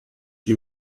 die